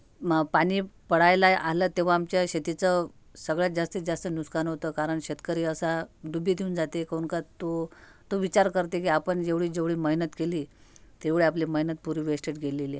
म पानी पडायलाय आलं तेव्हा आमच्या शेतीचं सगळ्यात जास्तीतजास्त नुकसान होतं कारण शेतकरी असा डूबी देऊन जाते काहून तो तो विचार करते की आपण जेवढीजेवढी मेहनत केली तेवढं आपली मेहनत पूरी वेस्टेज गेलेली आहे